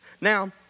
Now